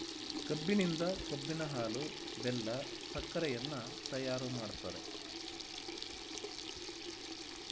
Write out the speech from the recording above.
ಕಬ್ಬಿನಿಂದ ಕಬ್ಬಿನ ಹಾಲು, ಬೆಲ್ಲ, ಸಕ್ಕರೆಯನ್ನ ತಯಾರು ಮಾಡ್ತರೆ